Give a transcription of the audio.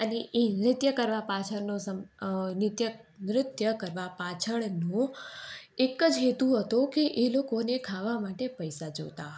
અને એ નૃત્ય કરવા પાછળનો સૌથી નિત્ય નૃત્ય કરવા પાછળનો એક જ હેતુ હતો કે એ લોકોને ખાવા માટે પૈસા જોઈતા હતા